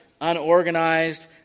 unorganized